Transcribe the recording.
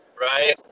right